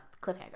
cliffhanger